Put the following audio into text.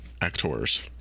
actors